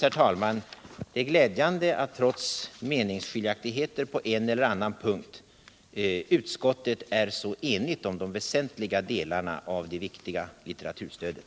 herr talman: Det är glädjande att — trots meningsskiljaktigheter på en eller annan punkt — utskottet är så enigt om de väsentliga delarna av det viktiga litteraturstödet.